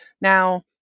Now